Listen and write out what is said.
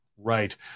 Right